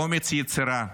אומץ יצירה.